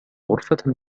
غرفة